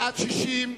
בעד, 60,